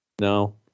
No